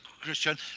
Christian